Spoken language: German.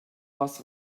was